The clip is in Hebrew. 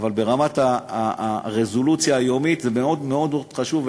אבל ברמת הרזולוציה היומית זה מאוד חשוב,